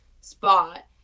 spot